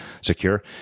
secure